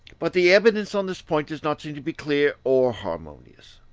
but the evidence on this point does not seem to be clear or harmonious,